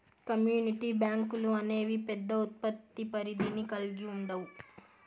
community బ్యాంకులు అనేవి పెద్ద ఉత్పత్తి పరిధిని కల్గి ఉండవు